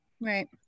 Right